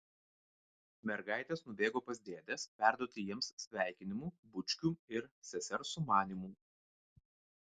mergaitės nubėgo pas dėdes perduoti jiems sveikinimų bučkių ir sesers sumanymų